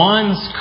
One's